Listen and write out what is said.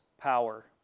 power